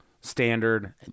standard